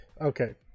okay